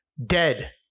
Dead